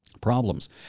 problems